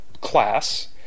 class